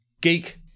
geek